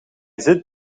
zit